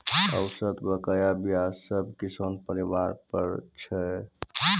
औसत बकाया ब्याज सब किसान परिवार पर छलै